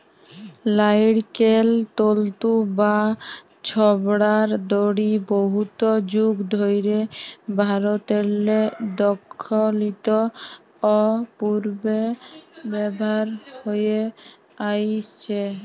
লাইড়কেল তল্তু বা ছবড়ার দড়ি বহুত যুগ ধইরে ভারতেরলে দখ্খিল অ পূবে ব্যাভার হঁয়ে আইসছে